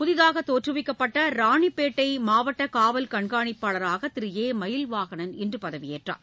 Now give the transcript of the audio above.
புதிதாக தோற்றுவிக்கப்பட்ட ராணிப்பேட்டை மாவட்ட காவல் கண்காணிப்பாளராக திரு வ மயில்வாகனன் இன்று பதவியேற்றுக் கொண்டார்